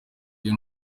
iyo